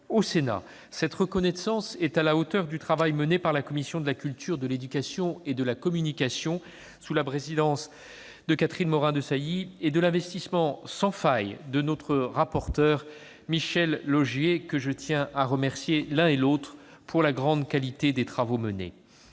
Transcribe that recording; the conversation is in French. au Sénat. Cette reconnaissance est à la hauteur du travail mené par la commission de la culture, de l'éducation et de la communication, sous la présidence de Catherine Morin-Desailly, et de l'investissement sans faille de notre rapporteur Michel Laugier- je tiens à les remercier, l'un et l'autre, de la grande qualité des travaux menés.